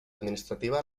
administrativa